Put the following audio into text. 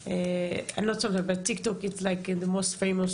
רואה שיש לפנינו אדם שאנחנו יכולים לשתף פעולה